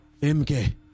MK